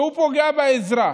פוגע באזרח,